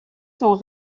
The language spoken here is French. sont